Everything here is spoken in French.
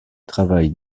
travaille